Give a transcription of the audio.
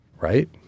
Right